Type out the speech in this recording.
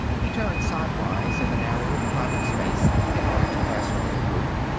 he turned sidewise in the narrow, crowded space in order to pass her little group.